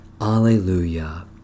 Alleluia